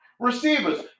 Receivers